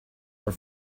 were